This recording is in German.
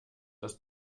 das